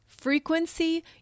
frequency